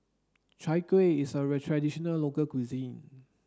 chai kueh is a traditional local cuisine